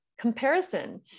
Comparison